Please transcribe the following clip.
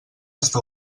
està